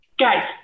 Guys